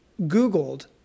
Googled